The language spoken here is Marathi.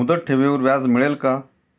मुदत ठेवीवर व्याज मिळेल का?